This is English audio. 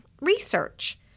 research